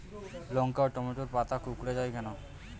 লঙ্কা ও টমেটোর পাতা কুঁকড়ে য়ায় কেন?